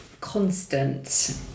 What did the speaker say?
constant